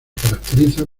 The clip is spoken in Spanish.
caracteriza